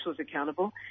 accountable